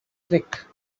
trick